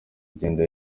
agenda